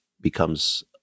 becomes